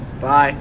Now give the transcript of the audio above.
bye